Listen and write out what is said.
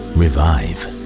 revive